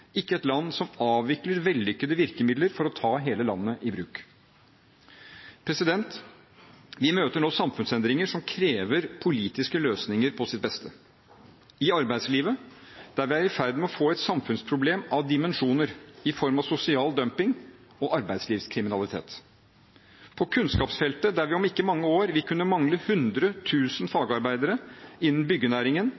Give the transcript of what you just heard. ikke et land som avvikler vellykkede virkemidler for å ta hele landet i bruk Vi møter nå samfunnsendringer som krever politiske løsninger på sitt beste: i arbeidslivet, der vi er i ferd med å få et samfunnsproblem av dimensjoner i form av sosial dumping og arbeidslivskriminalitet på kunnskapsfeltet, der vi om ikke mange år vil kunne mangle